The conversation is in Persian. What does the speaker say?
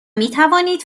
میتوانید